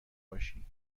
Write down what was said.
باشی